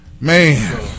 Man